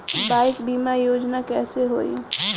Bike बीमा योजना कैसे होई?